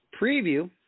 preview